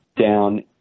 down